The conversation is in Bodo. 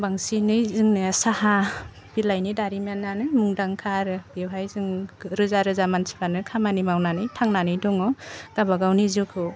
बांसिनै जोंनिया साहा बिलाइनि दारिनिनानो मुंदांखा आरो बेवहाय जों गो रोजा रोजा मानसिफ्रानो खामानि मावनानै थांनानै दङ गाबा गावनि जिउखौ